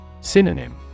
Synonym